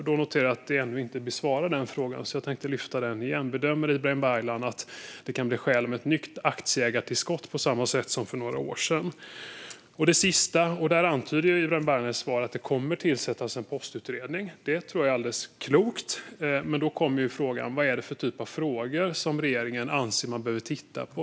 Jag noterar att jag ännu inte har fått frågan besvarad, så jag ställer den igen: Bedömer Ibrahim Baylan att det kan bli skäl för ett nytt aktieägartillskott på samma sätt som för några år sedan? På den sista frågan antyder Ibrahim Baylan i sitt svar att det kommer att tillsättas en postutredning. Det tror jag är klokt, men då kommer frågan: Vad är det för typ av frågor som regeringen anser att man behöver titta på?